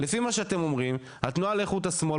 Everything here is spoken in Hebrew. לפי מה שאתם אומרים התנועה לאיכות השמאל,